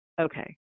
okay